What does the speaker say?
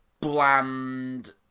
bland